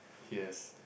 yes